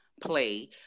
play